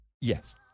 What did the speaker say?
Yes